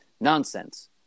nonsense